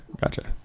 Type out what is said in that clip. Gotcha